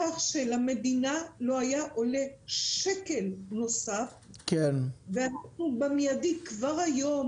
כך שלמדינה זה לא היה עולה שקל נוסף וכבר היום